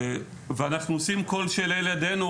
אנחנו עושים כל שעולה בידינו,